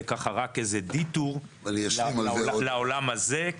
זה ככה רק איזה דיטור לעולם הזה,